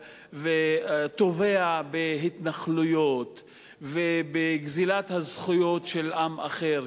וטובע בהתנחלויות ובגזלת הזכויות של עם אחר,